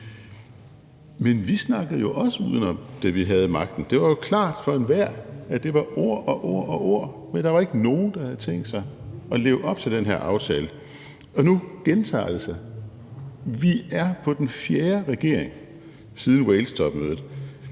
Men vi snakkede jo også udenom, da vi havde magten. Det var jo klart for enhver, at det var ord og ord, men der var ikke nogen, der havde tænkt sig at leve op til den her aftale, og nu gentager det sig. Vi er på den fjerde regering siden Walestopmødet,